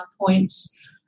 points